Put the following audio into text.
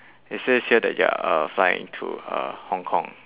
it says here that you're uh flying to uh hong kong